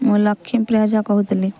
ମୁଁ ଲକ୍ଷ୍ମୀ ପ୍ରଜା କହୁଥିଲି